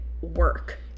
work